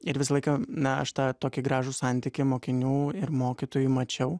ir visą laiką na aš tą tokį gražų santykį mokinių ir mokytojų mačiau